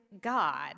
God